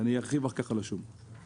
ואני ארחיב על השום אחר כך.